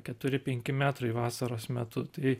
keturi penki metrai vasaros metu tai